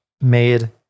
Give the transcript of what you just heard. made